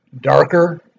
darker